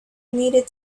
needed